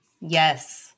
yes